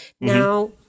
Now